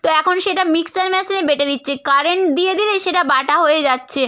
তো এখন সেটা মিক্সচার মেশিনে বেটে দিচ্ছে কারেন্ট দিয়ে দিলেই সেটা বাটা হয়ে যাচ্ছে